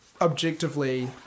objectively